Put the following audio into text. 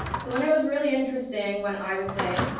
so then it was really interesting when i would say,